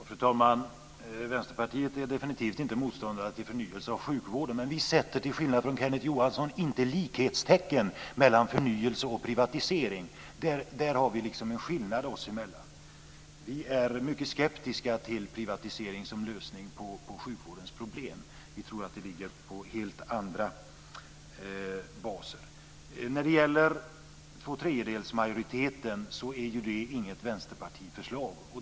Fru talman! Vänsterpartiet är definitivt inte motståndare till förnyelse av sjukvården. Men vi sätter, till skillnad från Kenneth Johansson, inte likhetstecken mellan förnyelse och privatisering. Där har vi en skillnad oss emellan. Vi är mycket skeptiska till privatisering som lösning på sjukvårdens problem. Vi tror att det ligger på helt andra baser. När det gäller tvåtredjedelsmajoritet är det inget vänsterpartiförslag.